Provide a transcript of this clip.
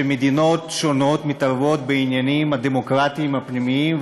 שמדינות שונות מתערבות בעניינים הדמוקרטיים הפנימיים,